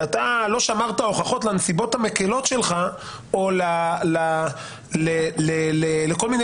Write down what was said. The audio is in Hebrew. ואתה לא שמרת הוכחות לנסיבות המקלות שלך או לכל מיני